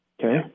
Okay